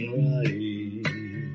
right